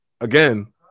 again